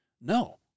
No